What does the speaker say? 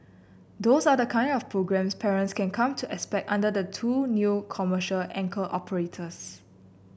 those are the kind of programmes parents can come to expect under the two new commercial anchor operators